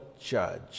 judge